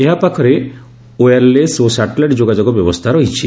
ଏହା ପାଖରେ ୱେୟାରଲ୍ ଓ ସାଟେଲାଇଟ୍ ଯୋଗାଯୋଗ ବ୍ୟବସ୍ଥା ରହିଛି